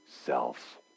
self